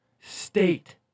state